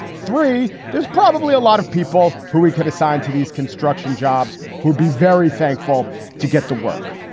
three there's probably a lot of people who we get assigned to these construction jobs who be very thankful to get to work.